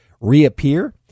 reappear